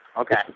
Okay